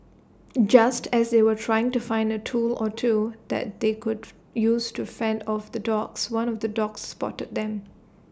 just as they were trying to find A tool or two that they could use to fend off the dogs one of the dogs spotted them